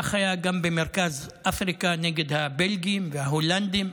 כך היה גם במרכז אפריקה נגד הבלגים וההולנדים,